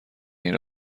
این